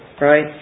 right